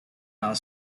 our